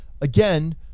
Again